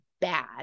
bad